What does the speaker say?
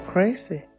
Crazy